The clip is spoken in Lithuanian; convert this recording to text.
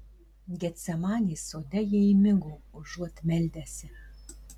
getsemanės sode jie įmigo užuot meldęsi